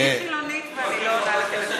אני חילונית, ואני לא עונה לטלפונים בשבת.